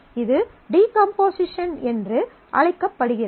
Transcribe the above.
இது டீகம்போசிஷன் என்று அழைக்கப்படுகிறது